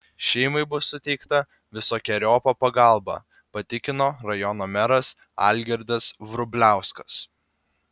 šeimai bus suteikta visokeriopa pagalba patikino rajono meras algirdas vrubliauskas